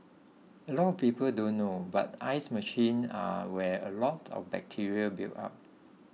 a lot of people don't know but ice machines are where a lot of bacteria builds up